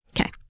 Okay